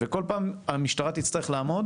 וכל פעם המשטרה תצטרך לעמוד